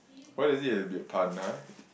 why does it have to be a pun ah